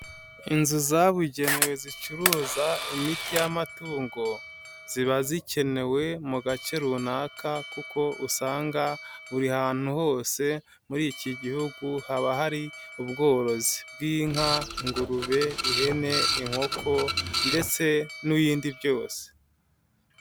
Inzu zabugenewe zicuruza imiti y'amatungo, ziba zikenewe mu gace runaka kuko usanga buri hantu hose muri iki gihugu, haba hari ubworozi bw'inka, ingurube, ihene, inkoko, ndetse n'ibindi byose.